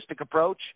approach